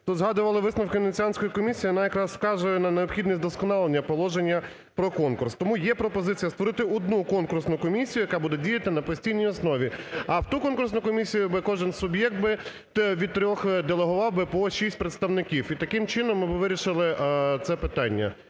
Тут згадували висновки Венеціанської комісії, вона якраз вказує на необхідність вдосконалення положення про конкурс. Тому є пропозиція створити одну конкурсну комісію, яка буде діяти на постійній основі. А в ту конкурсну комісію кожний суб'єкт би від трьох делегував би по 6 представників. І таким чином ми би вирішити це питання.